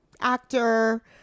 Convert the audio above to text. actor